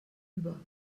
über